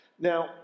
now